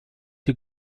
die